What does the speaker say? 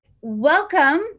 welcome